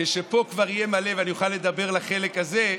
כשפה כבר יהיה מלא ואני אוכל לדבר לחלק הזה,